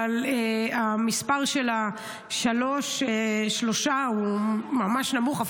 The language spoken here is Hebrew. אבל המספר של שלושה הוא ממש נמוך.